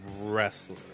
wrestler